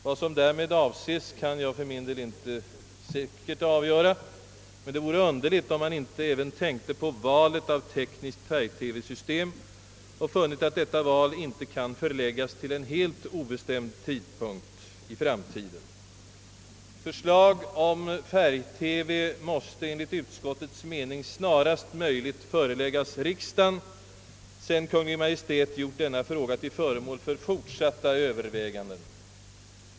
Vad som därmed avses kan jag inte säkert avgöra, men det vore underligt om man inte även tänkt på valet av tekniskt färg TV-system och funnit att detta val inte kan förläggas till en helt obestämd tidpunkt i framtiden. Förslag om färg-TV måste enligt utskottets mening snarast möjligt föreläggas riksdagen, sedan Kungl. Maj:t gjort denna fråga till föremål för fortsatta överväganden.